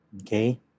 Okay